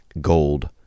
gold